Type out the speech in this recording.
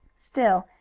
still,